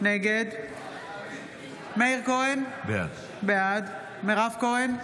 נגד מאיר כהן, בעד מירב כהן,